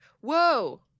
Whoa